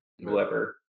whoever